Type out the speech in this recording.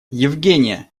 евгения